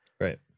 right